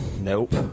Nope